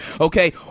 Okay